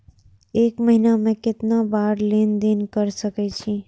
एक महीना में केतना बार लेन देन कर सके छी?